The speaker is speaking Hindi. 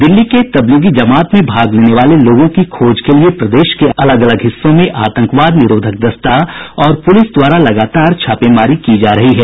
दिल्ली के तबलीगी जमात में भाग लेने वाले लोगों की खोज के लिये प्रदेश के अलग अलग हिस्सों में आतंकवाद निरोधक दस्ता और पुलिस द्वारा लगातार छापेमारी की जा रही है